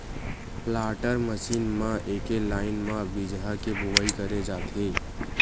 planter machine म एके line म बीजहा के बोवई करे जाथे